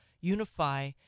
unify